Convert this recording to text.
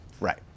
right